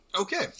Okay